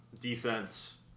Defense